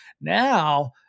now